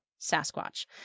Sasquatch